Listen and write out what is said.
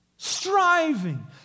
Striving